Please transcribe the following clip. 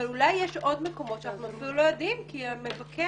אולי יש עוד מקומות שאנחנו אפילו לא יודעים כי מבקר